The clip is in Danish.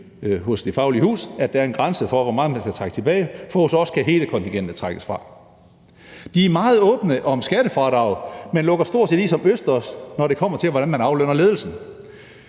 hos Det Faglige Hus, at der er en grænse for, hvor meget man kan trække fra, for hos dem kan hele kontingentet trækkes fra. De er meget åbne om skattefradraget, men lukker stort set i som østers, når det kommer til, hvordan man aflønner ledelsen.